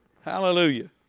Hallelujah